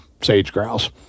sage-grouse